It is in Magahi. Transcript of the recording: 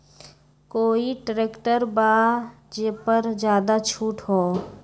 कोइ ट्रैक्टर बा जे पर ज्यादा छूट हो?